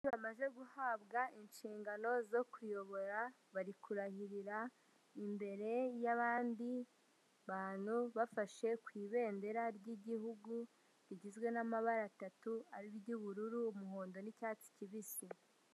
Bamaze guhabwa inshingano zo kuyobora, bari kurahirira imbere y'abandi bantu, bafashe ku ibendera ry'igihugu, rigizwe n'amabara atatu, ariryo ubururu, umuhondo, n'icyatsi kibisi.